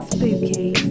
Spooky